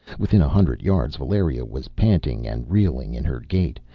within a hundred yards valeria was panting and reeling in her gait,